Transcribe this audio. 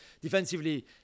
defensively